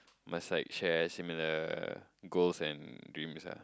must like share similar goals and dreams ah